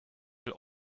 will